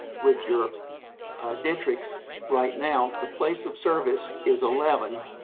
with your dentrix right now the place of service is eleven.